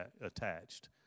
attached